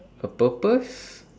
a purpose